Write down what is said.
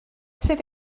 sydd